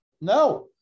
no